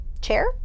chair